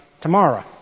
tomorrow